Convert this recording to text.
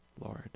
Lord